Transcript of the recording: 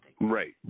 Right